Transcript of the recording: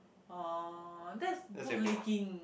orh that's bootlicking